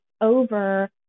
over